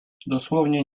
dosłownie